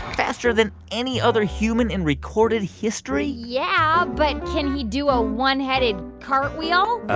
faster than any other human in recorded history yeah, but can he do a one-headed cartwheel?